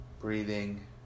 breathing